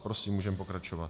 Prosím, můžeme pokračovat.